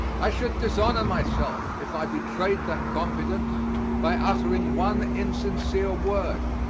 i should dishonor myself if i betrayed that confidence by uttering one insincere word,